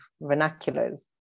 vernaculars